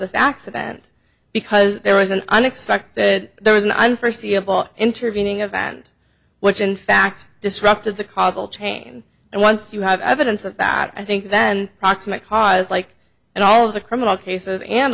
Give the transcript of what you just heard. this accident because there was an unexpected there was an unforeseeable intervening event which in fact disrupted the causal chain and once you have evidence of that i think then proximate cause like and all of the criminal cases and